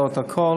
לא את הכול,